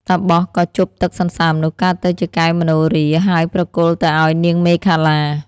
តាបសក៏ជប់ទឹកសន្សើមនោះកើតទៅជាកែវមនោហរា ហើយប្រគល់ទៅឱ្យនាងមេខលា។